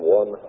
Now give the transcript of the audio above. one